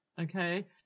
Okay